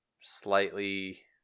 slightly